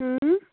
اۭں